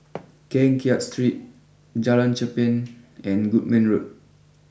Keng Kiat Street Jalan Cherpen and Goodman Road